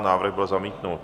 Návrh byl zamítnut.